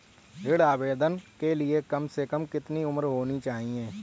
ऋण आवेदन के लिए कम से कम कितनी उम्र होनी चाहिए?